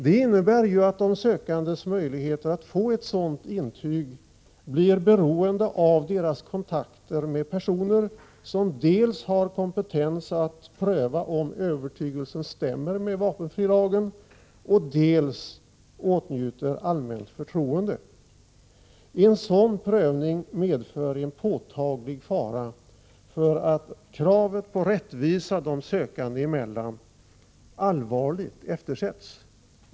Det innebär att de sökandes möjligheter att få ett sådant intyg blir beroende av deras kontakter med personer som dels har kompetens att pröva om övertygelsen stämmer med vapenfrilagen, dels åtnjuter allmänt förtroende. En sådan prövning medför en påtaglig fara för att kravet på rättvisa de sökande emellan allvarligt eftersätts.